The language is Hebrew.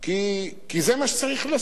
כי זה מה שצריך לעשות.